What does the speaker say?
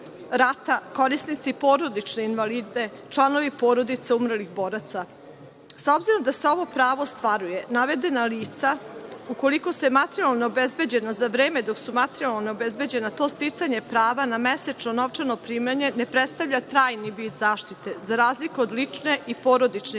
korisnici porodične invalidnine, članovi porodica umrlih boraca. S obzirom da se ovo pravo ostvaruje, navedena lica ukoliko su materijalno neobezbeđena, za vreme dok su materijalno neobezbeđena to sticanje prava na mesečno novčano primanje ne predstavlja trajni vid zaštite, za razliku od ličnih i porodičnih invalidnina,